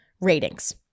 ratings